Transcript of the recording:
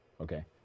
okay